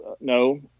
no